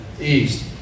East